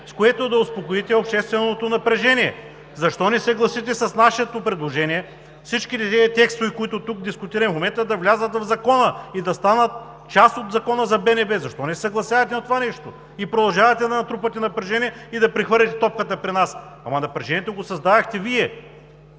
с което да успокоите общественото напрежение. Защо не се съгласите с нашето предложение: всички тези тестове, които тук дискутираме в момента, да влязат в Закона и да станат част от Закона за БНБ? Защо не се съгласявате на това нещо? Продължавате да натрупвате напрежение и да прехвърляте топката при нас. Ама напрежението го създадохте Вие,